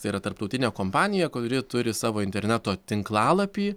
tai yra tarptautinė kompanija kuri turi savo interneto tinklalapį